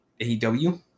AEW